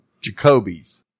Jacoby's